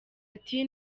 ati